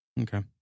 Okay